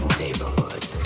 neighborhood